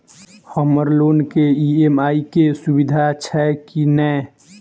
हम्मर लोन केँ ई.एम.आई केँ सुविधा छैय की नै?